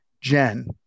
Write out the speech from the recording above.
Jen